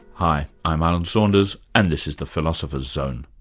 hi, i'm alan saunders and this is the philosopher's zone.